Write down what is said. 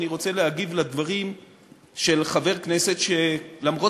אני רוצה להגיב על דברים של חבר כנסת שלמרות